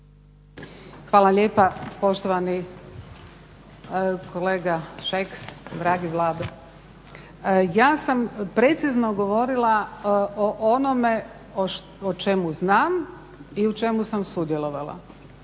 Hvala lijepa. Poštovani kolega Šeks, dragi Vlado. Ja sam precizno govorila o onome o čemu znam i u čemu sam sudjelovala,